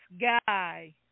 guy